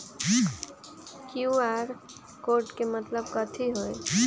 QR code के मतलब कथी होई?